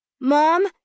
Mom